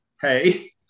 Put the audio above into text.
hey